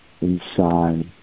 inside